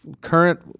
current